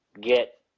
get